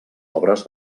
obres